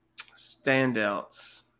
Standouts